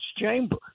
chamber